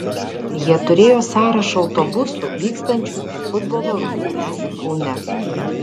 jie turėjo sąrašą autobusų vykstančių į futbolo rungtynes kaune